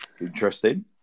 Interesting